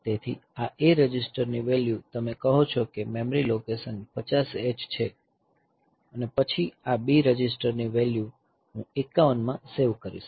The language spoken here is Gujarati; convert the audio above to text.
તેથી આ A રજિસ્ટરની વેલ્યૂ તમે કહો છો કે મેમરી લોકેશન 50 H છે અને પછી આ B રજિસ્ટરની વેલ્યૂ હું 51 માં સેવ કરીશ